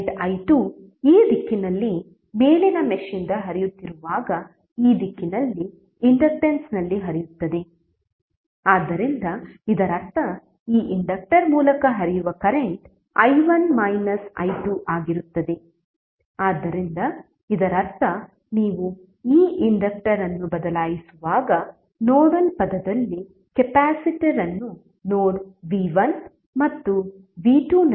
current i2 ಈ ದಿಕ್ಕಿನಲ್ಲಿ ಮೇಲಿನ ಮೆಶ್ ಇಂದ ಹರಿಯುತ್ತಿರುವಾಗ ಈ ದಿಕ್ಕಿನಲ್ಲಿ ಇಂಡಕ್ಟನ್ಸ್ ನಲ್ಲಿ ಹರಿಯುತ್ತದೆ ಆದ್ದರಿಂದ ಇದರರ್ಥ ಈ ಇಂಡಕ್ಟರ್ ಮೂಲಕ ಹರಿಯುವ ಕರೆಂಟ್ i1 ಮೈನಸ್ i2 ಆಗಿರುತ್ತದೆ ಆದ್ದರಿಂದ ಇದರರ್ಥ ನೀವು ಈ ಇಂಡಕ್ಟರ್ ಅನ್ನು ಬದಲಾಯಿಸುವಾಗ ನೋಡಲ್ ಪದದಲ್ಲಿ ಕೆಪಾಸಿಟರ್ ಅನ್ನು ನೋಡ್ v1 ಮತ್ತು v2 ನಡುವೆ ಸಂಪರ್ಕಿಸಬೇಕು